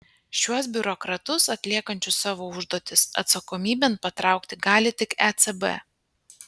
šiuos biurokratus atliekančius savo užduotis atsakomybėn patraukti gali tik ecb